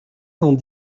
cent